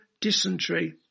dysentery